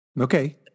Okay